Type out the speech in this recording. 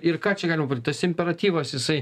ir čia galim tas imperatyvas jisai